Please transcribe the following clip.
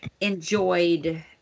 enjoyed